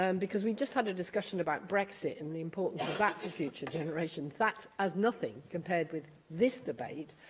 um because we've just had a discussion about brexit and the importance of that to future generations. that's as nothing compared with this debate.